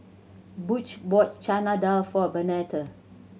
Butch bought Chana Dal for Bernadette